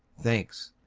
thanks,